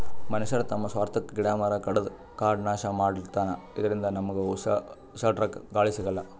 ಮನಶ್ಯಾರ್ ತಮ್ಮ್ ಸ್ವಾರ್ಥಕ್ಕಾ ಗಿಡ ಮರ ಕಡದು ಕಾಡ್ ನಾಶ್ ಮಾಡ್ಲತನ್ ಇದರಿಂದ ನಮ್ಗ್ ಉಸ್ರಾಡಕ್ಕ್ ಗಾಳಿ ಸಿಗಲ್ಲ್